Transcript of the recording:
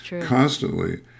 constantly